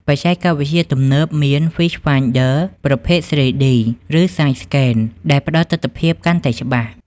បច្ចេកវិទ្យាទំនើបៗមាន Fish Finder ប្រភេទ 3D ឬ Side-scan ដែលផ្តល់ទិដ្ឋភាពកាន់តែច្បាស់។